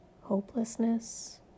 hopelessness